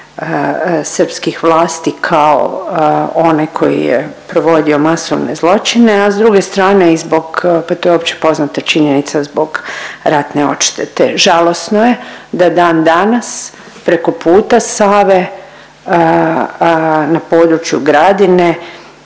srpskih vlasti kao onaj koji je provodio masovne zločine, a s druge strane i zbog pa to je opće poznata činjenica zbog ratne odštete. Žalosno je da dan danas preko puta Save na području Gradine